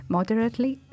Moderately